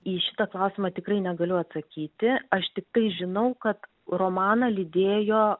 į šitą klausimą tikrai negaliu atsakyti aš tiktai žinau kad romaną lydėjo